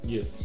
Yes